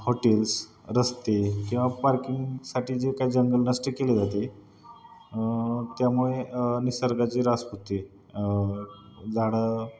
hotels रस्ते किंवा पार्किंगसाठी जे काही जंगल नष्ट केले जाते त्यामुळे निसर्गाची ऱ्हास होते झाडं